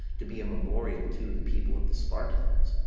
to be a memorial to the people of the spartans.